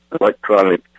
electronic